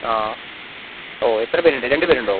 ആ ഓ എത്ര പേർ ഉണ്ട് രണ്ട് പേർ ഉണ്ടോ